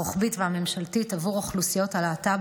הרוחבית והממשלתית עבור אוכלוסיות הלהט"ב,